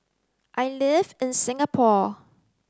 I live in Singapore